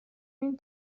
این